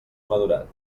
madurat